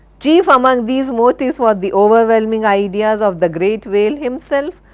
chief among these motives was the overwhelming idea of the great whale himself.